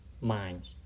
mind